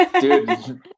Dude